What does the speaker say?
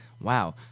Wow